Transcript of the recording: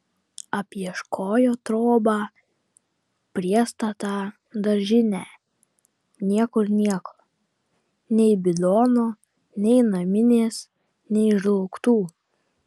apieškojo trobą priestatą daržinę niekur nieko nei bidono nei naminės nei žlaugtų